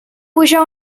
puja